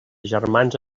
germans